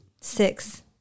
six